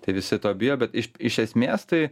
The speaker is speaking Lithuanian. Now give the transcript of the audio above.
tai visi to bijo bet iš esmės tai